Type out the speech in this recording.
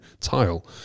tile